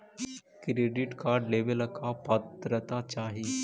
Credit card लेवेला का पात्रता चाही?